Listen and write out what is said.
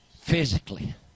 physically